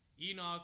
Enoch